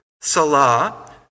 Salah